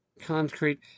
concrete